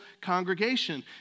congregation